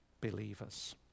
believers